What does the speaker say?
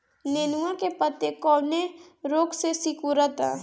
नेनुआ के पत्ते कौने रोग से सिकुड़ता?